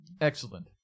Excellent